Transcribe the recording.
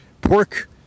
pork